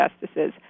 justices